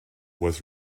was